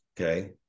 okay